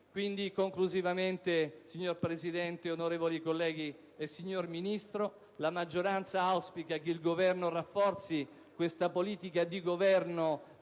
Conclusivamente, signor Presidente, onorevoli colleghi, signor Ministro, la maggioranza auspica che il Governo rafforzi questa politica di governo